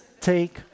take